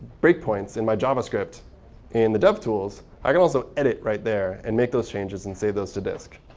break points in my javascript in the devtools, i can also edit right there and make those changes and save those to desk.